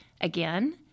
again